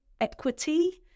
equity